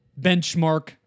benchmark